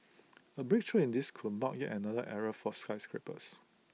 A breakthrough in this could mark yet another era for skyscrapers